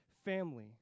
family